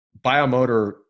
biomotor